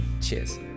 Cheers